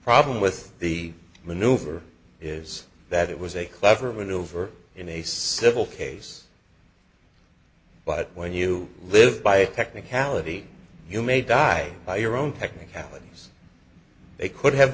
problem with the maneuver is that it was a clever win over in a civil case but when you live by a technicality you may die by your own technicalities they could have